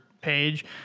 page